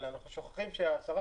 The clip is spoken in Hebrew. אבל אנחנו שוכחים ש-10%,